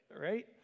right